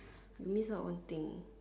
you miss out one thing